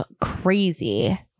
crazy